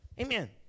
Amen